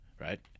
Right